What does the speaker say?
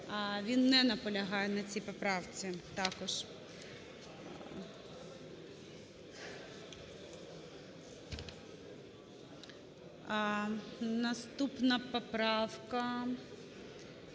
Він не наполягає на цій поправці також. Наступна поправка…